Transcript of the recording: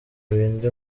bindi